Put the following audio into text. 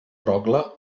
rogle